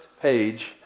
page